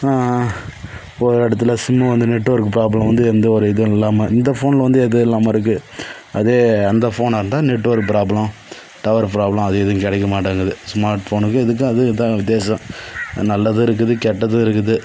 போகிற இடத்துல சிம்மு வந்து நெட்வொர்க் ப்ராப்ளம் வந்து எந்த ஒரு இதுவும் இல்லாமல் இந்த ஃபோனில் வந்து எதுவும் இல்லாமல் இருக்குது அதே அந்த ஃபோனாக இருந்தால் நெட்வொர்க் ப்ராப்ளம் டவர் ப்ராப்ளம் அது எதுவும் கிடைக்க மாட்டேங்குது ஸ்மார்ட் ஃபோனுக்கும் இதுக்கும் அது இதான் வித்தியாசம் நல்லதும் இருக்குது கெட்டதும் இருக்குது